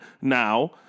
now